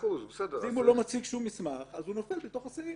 אם הוא לא מציג שום מסמך, הוא נופל בסעיף.